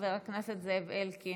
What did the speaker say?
חבר הכנסת זאב אלקין,